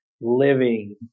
living